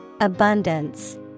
Abundance